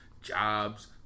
jobs